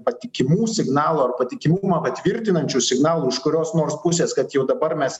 patikimų signalų ar patikimumą patvirtinančių signalų iš kurios nors pusės kad jau dabar mes